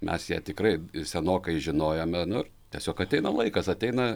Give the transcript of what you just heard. mes ją tikrai senokai žinojome nu tiesiog ateina laikas ateina